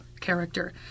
character